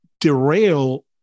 derail